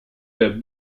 der